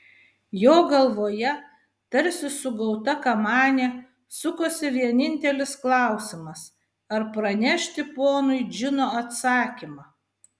jo galvoje tarsi sugauta kamanė sukosi vienintelis klausimas ar pranešti ponui džino atsakymą